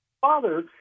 father